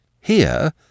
Here